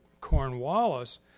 Cornwallis